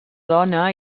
dona